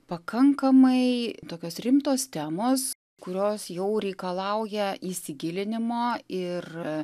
pakankamai tokios rimtos temos kurios jau reikalauja įsigilinimo ir